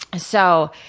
so,